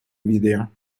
video